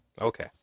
Okay